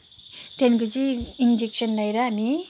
त्यहाँदेखिनको चाहिँ इन्जेक्सन् लाएर हामी